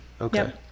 Okay